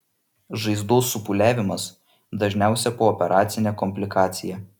žaizdos supūliavimas dažniausia pooperacinė komplikacija